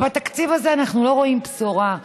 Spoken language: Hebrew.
בתקציב הזה אנחנו לא רואים בשורה,